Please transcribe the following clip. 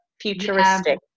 Futuristic